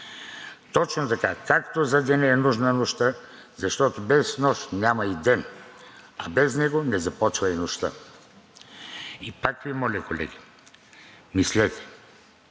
Точно така – както за деня е нужна нощта, защото без нощ няма и ден, а без него не започва и нощта. И пак Ви моля, колеги, мислете!